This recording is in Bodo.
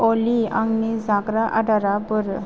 अलि आंनि जाग्रा आदारा बोरो